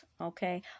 okay